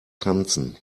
tanzen